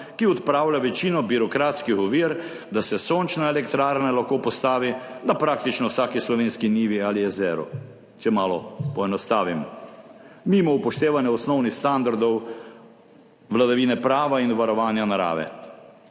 ki odpravlja večino birokratskih ovir, da se sončna elektrarna lahko postavi na praktično vsaki slovenski njivi ali jezero, če malo poenostavim, mimo upoštevanja osnovnih standardov vladavine prava in varovanja narave.